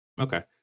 Okay